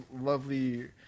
lovely